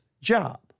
job